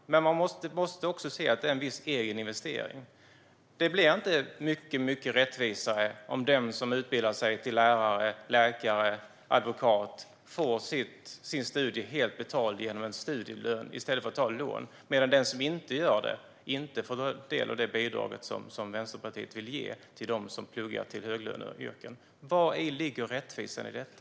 Men man måste också se att det är en viss egen investering. Det blir inte mycket rättvisare om den som utbildar sig till lärare, läkare eller advokat får sina studier helt betalda genom en studielön i stället för att ta lån medan den som inte gör det inte får del av det bidrag som Vänsterpartiet vill ge till dem som pluggar till höglöneyrken. Vari ligger rättvisan i detta?